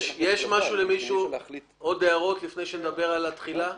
יש למישהו עוד הערות לפני שדבר על התחילה?